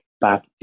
back